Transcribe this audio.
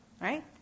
Right